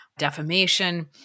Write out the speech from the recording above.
defamation